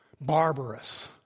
Barbarous